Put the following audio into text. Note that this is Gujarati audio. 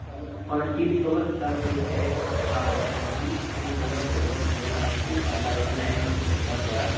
બરાબર પણ સીટ કવર્સ બરાબર રીતે સાફ કર્યાં નથી સીટ કવર્સ છે વૉશ થયેલા નથી ડાઘા એમના એમ જ છે ચીકાશવાળા